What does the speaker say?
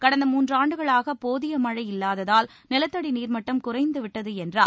கடந்த மூன்றாண்டுகளாக போதிய மனழ இல்லாததால் நிலத்தடி நீர்மட்டம் குறைந்து விட்டது என்றார்